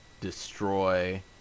destroy